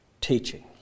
teaching